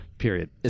Period